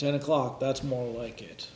ten o'clock that's more like it